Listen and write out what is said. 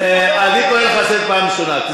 אני קורא אותך לסדר פעם ראשונה.